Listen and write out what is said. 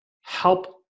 help